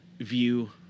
view